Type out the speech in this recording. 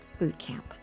bootcamp